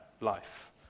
life